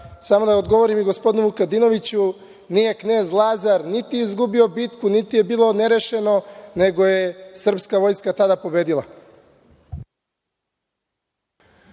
da odgovorim i gospodinu Vukadinoviću. Nije knez Lazar niti izgubio bitku, niti je bilo nerešeno, nego je srpska vojska tada pobedila.